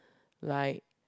like